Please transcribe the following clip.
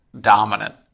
dominant